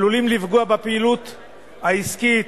עלולים לפגוע בפעילות העסקית,